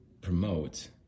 promote